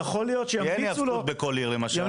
כי אין היאבקות בכל עיר למשל.